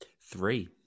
three